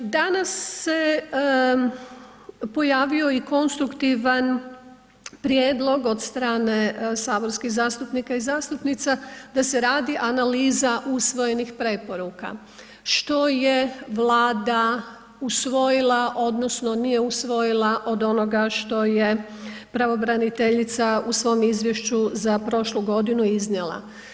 Danas se pojavio i konstruktivan prijedlog od strane saborskih zastupnika i zastupnica da se radi analiza usvojenih preporuka što je Vlada usvojila odnosno nije usvojila od onoga što je pravobraniteljica u svom izvješću za prošlu godinu iznijela.